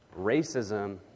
racism